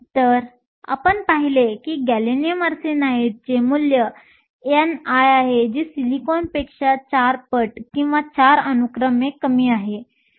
तर आपण पाहिले की गॅलियम आर्सेनाइडचे मूल्य ni आहे जे सिलिकॉनपेक्षा 4 पट किंवा 4 अनुक्रमे कमी आहे